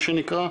מה שנקרא,